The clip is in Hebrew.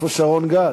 איפה שרון גל?